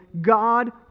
God